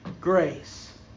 grace